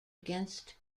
against